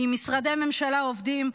עם משרדי ממשלה עובדים,